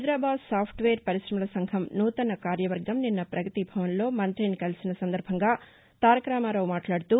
Hyderabad software పరిశమల సంఘం నూతన కార్యవర్గం నిన్న పగతిభవన్లో మంత్రిని కలిసిన సందర్భంగా తారకరామారావు మాట్లాడుతూ